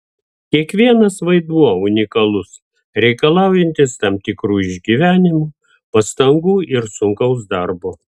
kiekvienas vaidmuo unikalus reikalaujantis tam tikrų išgyvenimų pastangų ir sunkaus darbo